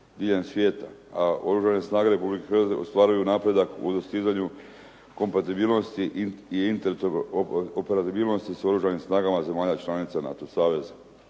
a Oružane snage Republike Hrvatske ostvaruju napredak u dostizanju kompatibilnosti i intelektualne operatibilnosti sa Oružanim snagama zemalja članica NATO saveza.